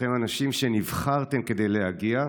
כולכם אנשים שנבחרו כדי להגיע.